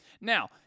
Now